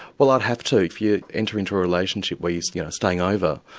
well i'd have to, you enter into a relationship where you you are staying over,